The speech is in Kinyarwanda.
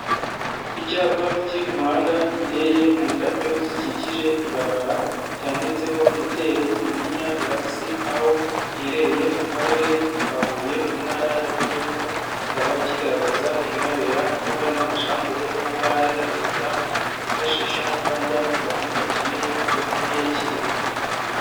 Icyapa kiri k'umuhanda giteye mu ndabyo zikikije ibarabara cyanditseho moteri munyinya relax aho giherereye mu karere ka huye mu ntara y'amajyepfo, kikaba kigaragaza ibihabera ko hari n'amashambure na bale na resitora bifashisha barya ku bantu bakeneye kujya kuhiyakirira.